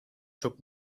çok